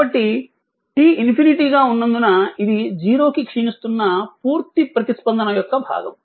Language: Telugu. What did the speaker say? కాబట్టి t ➝∞ గా ఉన్నందున ఇది 0 కి క్షీణిస్తున్న పూర్తి ప్రతిస్పందన యొక్క భాగం